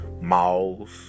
malls